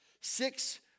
six